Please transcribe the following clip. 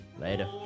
Later